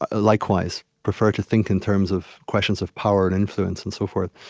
ah likewise, prefer to think in terms of questions of power and influence and so forth.